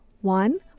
One